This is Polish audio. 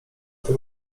tym